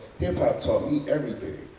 hip-hop taught me everything.